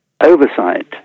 oversight